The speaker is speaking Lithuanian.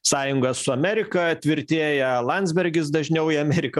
sąjunga su amerika tvirtėja landsbergis dažniau į ameriką